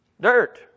dirt